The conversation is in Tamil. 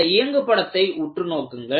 இந்த இயங்கு படத்தை உற்று நோக்குங்கள்